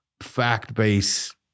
fact-based